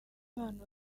abantu